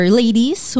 ladies